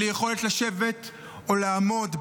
בלי יכולת לשבת או לעמוד,